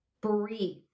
Breathe